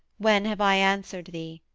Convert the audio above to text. when have i answered thee?